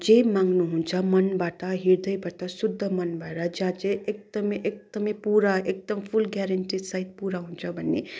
जे माग्नुहुन्छ मनबाट हृदयबाट शुद्ध मनबाट जहाँ चाहिँ एकदमै एकदमै पुरा एकदम फुल ग्यारन्टी सहित पुरा हुन्छ भन्ने